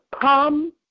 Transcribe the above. come